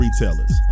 retailers